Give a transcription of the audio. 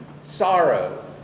sorrow